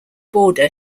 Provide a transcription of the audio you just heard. border